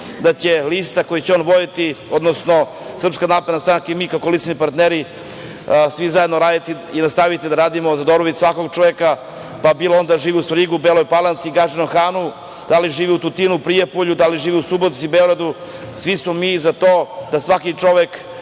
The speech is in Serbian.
da će lista koju će on voditi, odnosno SNS i mi kao koalicioni partneri, svi zajedno raditi i nastavićemo da radimo za dobrobit svakog čoveka, pa bilo on da živi u Svrljigu, Beloj Palanci, Gadžinom Hanu, da li živi u Tutinu, Prijepolju, da li živi u Subotici i Beogradu. Svi smo mi za to da svaki čovek